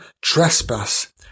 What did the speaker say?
trespass